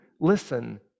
Listen